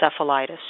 encephalitis